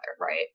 Right